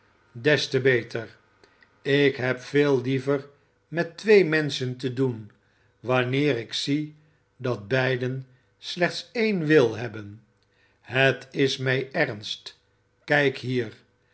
des te beter ik heb veel liever met twee menschen te doen wanneer ik zie dat beiden slechts één wil hebben het is mij ernst kijk hier